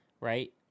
right